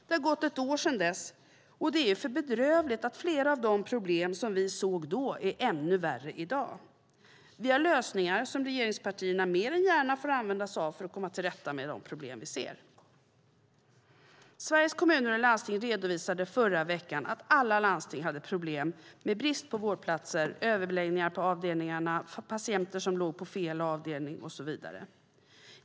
Det har gått ett år sedan dess, och det är för bedrövligt att flera av de problem vi då såg är ännu värre i dag. Vi har lösningar som regeringspartierna mer än gärna får använda sig av för att komma till rätta med de problem vi ser. Sveriges Kommuner och Landsting redovisade i förra veckan att alla landsting hade problem med brist på vårdplatser, överbeläggningar på avdelningarna, patienter som låg på fel avdelning och så vidare.